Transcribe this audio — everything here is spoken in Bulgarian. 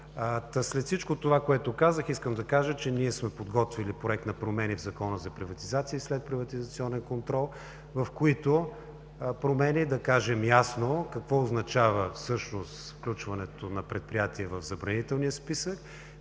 След всичко, което казах, искам да кажа, че ние сме подготвили Проект на промени в Закона за приватизация и следприватизационен контрол, в които промени да кажем ясно какво означава всъщност включването на предприятия в забранителния списък,